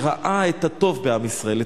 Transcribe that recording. שראה את הטוב בעם ישראל,